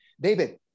David